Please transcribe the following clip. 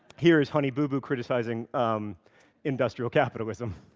here's honey boo boo criticizing um industrial capitalism